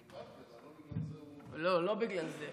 הבנתי, אבל לא בגלל זה הוא החליף, לא, לא בגלל זה.